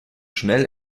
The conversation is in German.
schnell